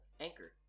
Anchor